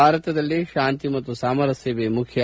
ಭಾರತದಲ್ಲಿ ಶಾಂತಿ ಮತ್ತು ಸಾಮರಸ್ಯವೇ ಮುಖ್ಯ